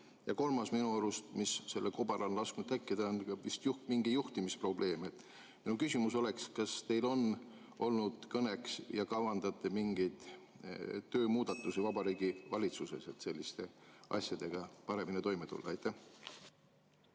Ja kolmas, minu arust, mis on lasknud sellel kobaral tekkida, on vist mingi juhtimisprobleem. Minu küsimus on see: kas teil on olnud kõneks ja kavandate mingeid töömuudatusi Vabariigi Valitsuses, et selliste asjadega paremini toime tulla? Aitäh!